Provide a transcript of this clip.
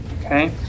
Okay